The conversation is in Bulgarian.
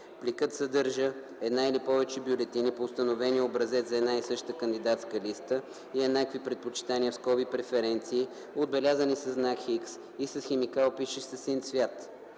пликът, съдържа една или повече бюлетини по установения образец за една и съща кандидатска листа и еднакви предпочитания (преференции), отбелязани със знак „Х” и с химикал, пишещ със син цвят